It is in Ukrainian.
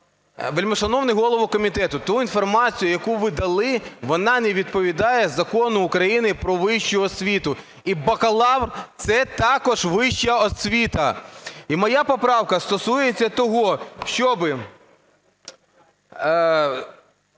Вельмишановний голово комітету, ту інформацію, яку ви дали, вона не відповідає Закону України "Про вищу освіту". І бакалавр – це також вища освіта. І моя поправка стосується того, щоб